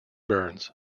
burns